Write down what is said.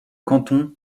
canton